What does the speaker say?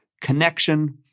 connection